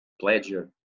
pleasure